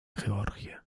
georgia